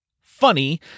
funny